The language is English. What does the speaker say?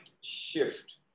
shift